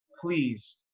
please